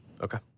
Okay